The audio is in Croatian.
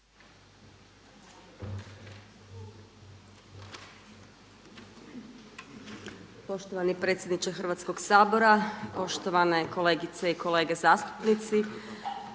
Poštovani predsjedniče Hrvatskoga sabora, poštovane kolegice i kolege zastupnici.